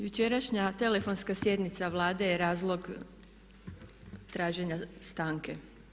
Jučerašnja telefonska sjednica Vlade je razlog traženja stanke.